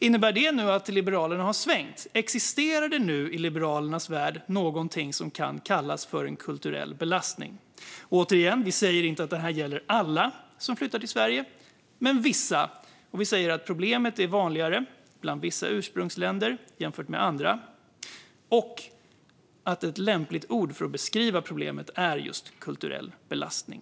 Innebär det här att Liberalerna har svängt nu? Existerar det i Liberalernas värld något som kan kallas kulturell belastning? Återigen: Vi säger inte att det här gäller alla som flyttar till Sverige, men det gäller vissa. Vi säger att problemet är vanligare bland vissa ursprungsländer jämfört med andra. Vi säger också att ett lämpligt uttryck för att beskriva problemet är just "kulturell belastning".